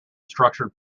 structured